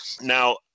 Now